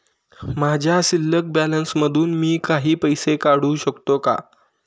माझ्या शिल्लक बॅलन्स मधून मी काही पैसे काढू शकतो का?